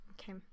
Okay